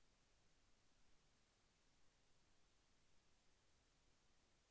పంట మెదటి దశలో ఎటువంటి జాగ్రత్తలు తీసుకోవాలి?